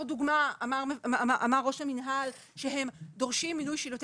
דוגמא אמר ראש המינהל שהם דורשים מינוי של יותר